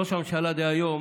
ראש הממשלה דהיום,